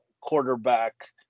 quarterback